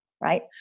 right